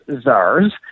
czars